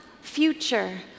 future